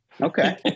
okay